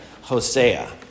Hosea